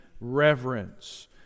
reverence